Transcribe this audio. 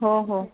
हो हो